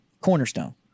Cornerstone